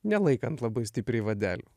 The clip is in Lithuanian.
nelaikant labai stipriai vadelių